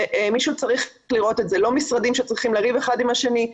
ומישהו צריך לראות את זה ולא משרדים שצריכים לריב אחד עם השני.